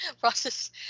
process